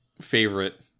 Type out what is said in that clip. favorite